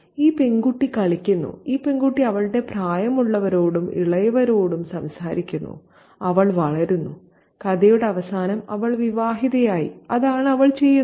ഈ പെൺകുട്ടി കളിക്കുന്നു ഈ പെൺകുട്ടി അവളുടെ പ്രായമുള്ളവരോടും ഇളയവരോടും സംസാരിക്കുന്നു അവൾ വളരുന്നു കഥയുടെ അവസാനം അവൾ വിവാഹിതയായി അതാണ് അവൾ ചെയ്യുന്നത്